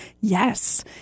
yes